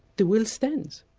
the will stands.